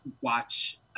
watch